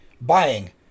buying